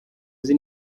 uzi